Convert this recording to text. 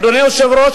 אדוני היושב-ראש,